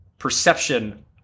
Perception